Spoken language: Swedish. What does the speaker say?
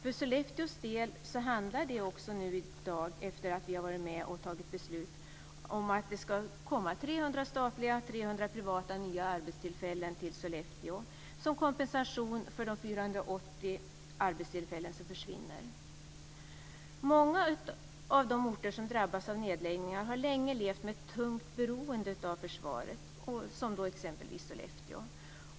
För Sollefteås del handlar det i dag, efter det att vi har varit med och fattat beslut, om att det ska komma 300 statliga och 480 arbetstillfällen som försvinner. Många av de orter som drabbas av nedläggningar har länge levt med ett tungt beroende av försvaret, som exempelvis Sollefteå.